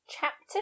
Chapter